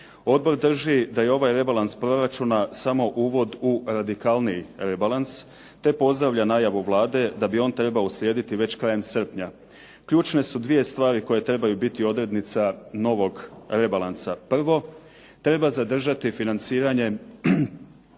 Odbor drži da je ovaj rebalans proračuna samo uvod u radikalniji rebalans te pozdravlja najavu Vlade da bi on trebao uslijediti već krajem srpnja. Ključne su dvije stvari koje trebaju biti odrednica novog rebalansa. Prvo, treba zadržati financiranje